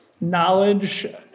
knowledge